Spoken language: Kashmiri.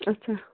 اَچھا